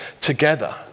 together